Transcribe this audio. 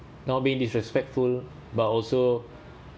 not being disrespectful but also